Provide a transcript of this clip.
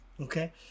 Okay